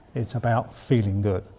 it's about feeling good.